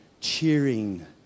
cheering